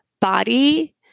body